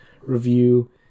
review